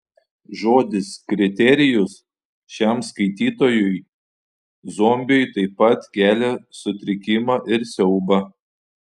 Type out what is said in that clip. žodis kriterijus šiam skaitytojui zombiui taip pat kelia sutrikimą ir siaubą